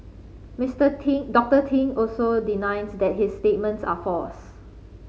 Mister Ting Doctor Ting also denies that his statements are false